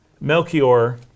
Melchior